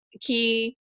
key